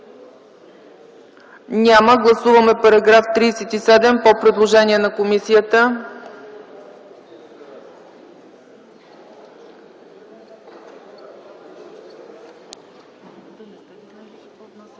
Няма. Гласуваме § 36 по предложението на комисията.